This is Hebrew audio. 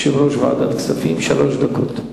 יושב-ראש ועדת כספים, שלוש דקות.